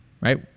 right